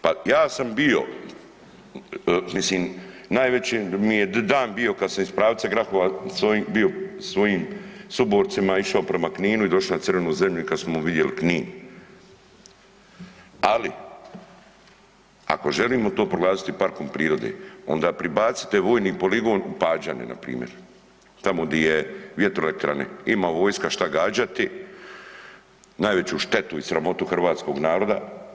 Pa ja sam bio, mislim najveće mi je dan bio kad sam iz pravca Grahova bio sa svojim suborcima išao prema Kninu i došao na Crvenu zemlju i kad smo vidjeli Knin, ali ako želimo to proglasiti parkom prirode onda pribacite vojni poligon u Pađane npr. tamo di je vjetroelektrane ima vojska šta gađati, najveću štetu i sramotu hrvatskog naroda.